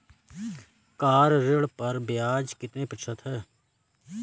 Car ऋण पर ब्याज कितने प्रतिशत है?